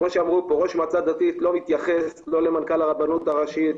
כמו שאמרו פה: ראש מועצה דתית לא מתייחס למנכ"ל הרבנות הראשית,